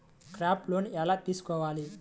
Crop loan ఎలా తీసుకోవాలి?